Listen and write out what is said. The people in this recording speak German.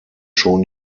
schon